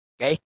Okay